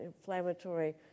inflammatory